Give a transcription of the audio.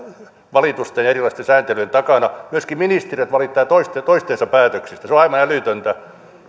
valitusta erilaisten sääntelyjen takana myöskin ministeriöt valittavat toistensa päätöksistä se on aivan älytöntä